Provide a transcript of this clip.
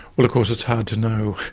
well of course it's hard to know.